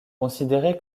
considéré